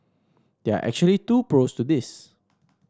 there are actually two pros to this